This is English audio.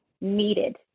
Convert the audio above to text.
needed